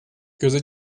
göz